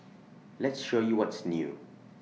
let's show you what's new